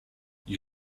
you